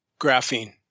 Graphene